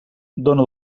dóna